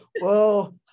whoa